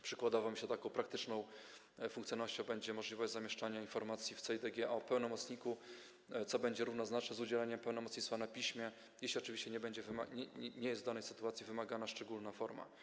Przykładowo taką praktyczną funkcjonalnością będzie możliwość zamieszczania informacji w CEIDG o pełnomocniku, co będzie równoznaczne z udzieleniem pełnomocnictwa na piśmie, jeśli oczywiście nie jest w danej sytuacji wymagana szczególna forma.